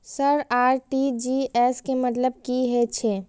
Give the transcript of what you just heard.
Sir RTGS के मतलब की हे छे?